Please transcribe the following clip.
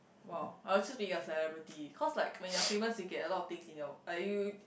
!wow! I'll just be your celebrity cause like when you are famous you get a lot of things in your uh you you